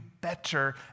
better